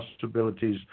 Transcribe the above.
possibilities